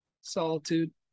solitude